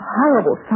horrible